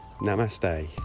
Namaste